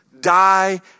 die